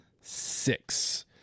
six